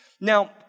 Now